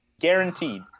guaranteed